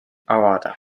avada